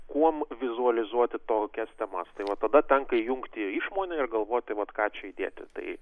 kuom vizualizuoti tokias temas tai va tada tenka jungti išmonę ir galvoti vat ką čia įdėti tai